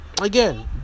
again